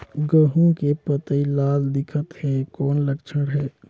गहूं के पतई लाल दिखत हे कौन लक्षण हे?